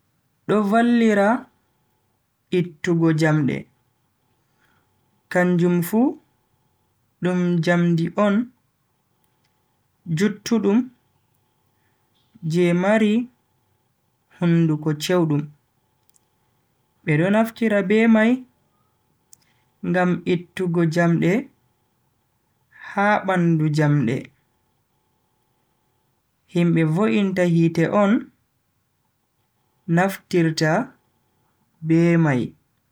Do vallira ittugo jamde. Kanjum fu dum jamdi on juttudum je mari hunduko chewdum. be do naftira be mai ngam ittugo jamde ha bandu jamde. himbe vo'inta hite on naftirta.